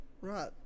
right